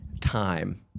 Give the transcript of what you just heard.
time